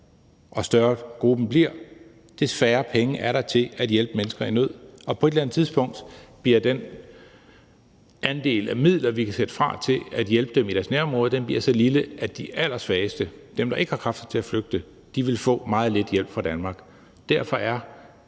jo større gruppen bliver, des færre penge er der til at hjælpe mennesker i nød. Og på et eller andet tidspunkt bliver den andel af midler, vi kan sætte fra til at hjælpe dem i deres nærområde, så lille, at de allersvageste – dem, der ikke har kræfter til at flygte – vil få meget lidt hjælp fra Danmark. Derfor er